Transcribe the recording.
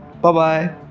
bye-bye